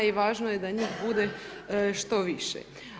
I važno je da njih bude što više.